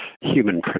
human